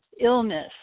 illness